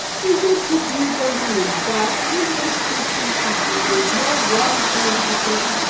is it to be believed that, in this christian company, there is no one charitable person?